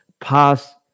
past